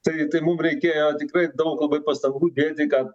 tai tai mum reikėjo tikrai daug pastangų dėti kad